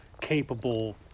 capable